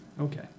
Okay